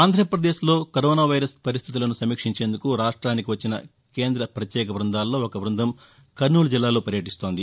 ఆంధ్రాపదేశ్లో corona virus పరిస్లితులను సమీక్షించేందుకు రాష్ట్రానికి వచ్చిన కేంద్ర పత్యేక బృందాల్లో ఒక బృందం కర్నూలు జిల్లాలో పర్యటిస్తోంది